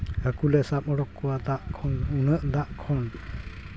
ᱦᱟᱹᱠᱩᱞᱮ ᱥᱟᱵ ᱩᱰᱩᱠ ᱠᱚᱣᱟ ᱩᱱᱟᱹᱜ ᱫᱟᱜ ᱠᱷᱚᱱ